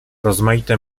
rozmaite